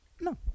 No